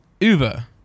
Uber